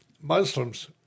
Muslims